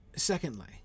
secondly